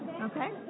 Okay